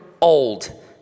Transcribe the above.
old